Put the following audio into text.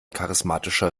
charismatischer